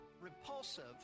repulsive